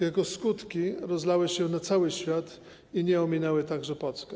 Jego skutki rozlały się na cały świat i nie ominęły także Polski.